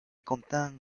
contaban